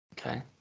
Okay